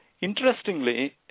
Interestingly